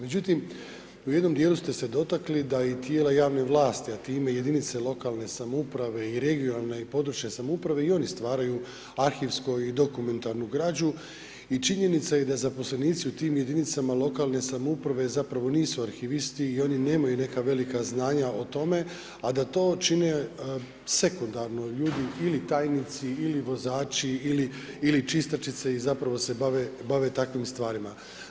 Međutim, u jednom djelu ste se dotakli da i tijela javne vlasti a time i jedinice lokalne samouprave i regionalne i područne samouprave i oni stvaraju arhivsko i dokumentarnu građu i činjenica je da zaposlenici u tim jedinicama lokalne samouprave zapravo nisu arhivisti i oni nemaju neka velika znanja o tome a da to čine sekundarno ljudi ili tajnici ili vozači ili čistačice i zapravo se bave takvim stvarima.